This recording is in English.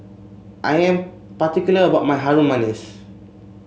I am particular about my Harum Manis